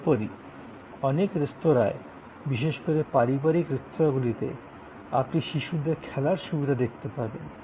তদুপরি অনেক রেস্তোরাঁয় বিশেষ করে পারিবারিক রেস্তোঁরাগুলিতে আপনি শিশুদের খেলার সুবিধা দেখতে পারবেন